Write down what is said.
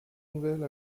nouvelle